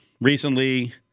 recently